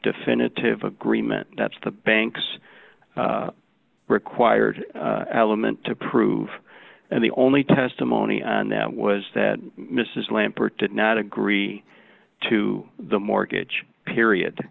definitive agreement that's the banks required element to prove and the only testimony on that was that mrs lambert did not agree to the mortgage period